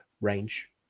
range